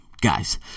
guys